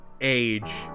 age